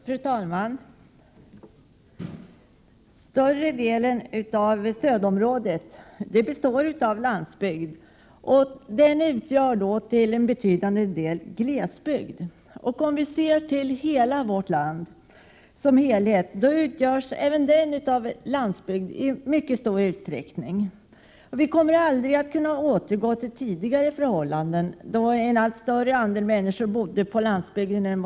Fru talman! Större delen av stödområdet består av landsbygd, som till en betydande del är glesbygd. Om vi ser till vårt land som helhet, finner vi att det i mycket stor utsträckning utgörs av landsbygd. Vi kommer aldrig att kunna återgå till tidigare förhållanden, då en betydligt större andel människor bodde på landsbygden.